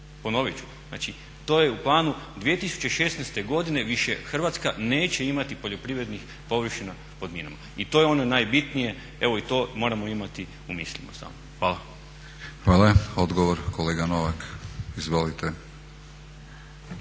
Ponovit ću, znači to je u planu 2016. godine više Hrvatska neće imati poljoprivrednih površina pod minama. I to je ono najbitnije i evo to moramo imati u mislima stalno. Hvala. **Batinić, Milorad (HNS)** Hvala. Odgovor, kolega Novak. Izvolite.